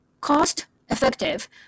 cost-effective